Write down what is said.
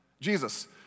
Jesus